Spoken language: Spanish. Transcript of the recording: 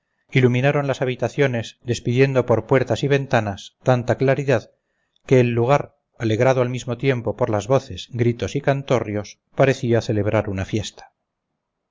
iluminaron las habitaciones despidiendo por puertas y ventanas tanta claridad que el lugar alegrado al mismo tiempo por las voces gritos y cantorrios parecía celebrar una fiesta